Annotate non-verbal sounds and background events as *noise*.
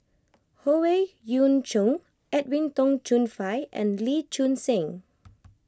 Howe Yoon Chong Edwin Tong Chun Fai and Lee Choon Seng *noise*